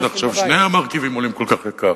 עכשיו שני המרכיבים עולים כל כך ביוקר,